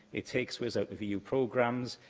it takes wales out of eu programmes,